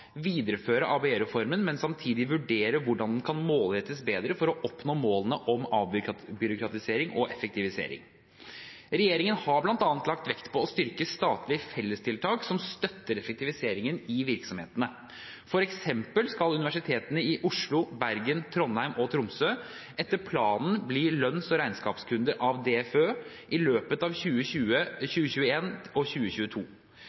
men samtidig vurdere hvordan den kan målrettes bedre for å oppnå målene om avbyråkratisering og effektivisering.» Regjeringen har bl.a. lagt vekt på å styrke statlige fellestiltak som støtter effektiviseringen i virksomhetene. For eksempel skal universitetene i Oslo, Bergen, Trondheim og Tromsø etter planen bli lønns- og regnskapskunder av DFØ i løpet av 2021 og 2022.